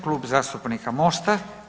Klub zastupnika MOST-a.